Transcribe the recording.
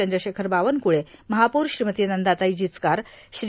चंद्रशेखर बावनक्रुळे महापौर श्रीमती नंदाताई जिचकार श्री